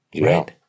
Right